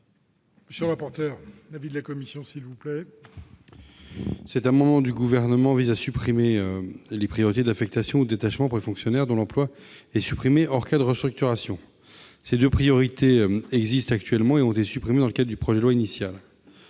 Quel est l'avis de la commission ? Cet amendement du Gouvernement vise à supprimer les priorités d'affectation ou de détachement pour les fonctionnaires dont l'emploi est supprimé hors cas de restructuration. Ces deux priorités existent actuellement et ont été supprimées dans le cadre du projet de loi initial.